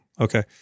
Okay